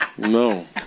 No